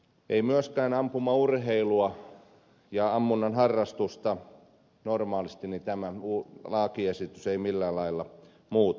ei myöskään ampumaurheilua ja ammunnan harrastusta normaalisti tämä lakiesitys millään lailla muuta